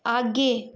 आगे